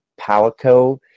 Palico